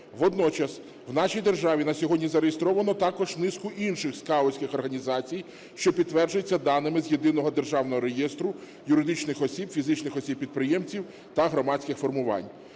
Водночас у нашій державі на сьогодні зареєстровано також низку інших скаутських організацій, що підтверджуються даними з Єдиного державного реєстру юридичних, фізичних осіб-підприємців та громадських формувань.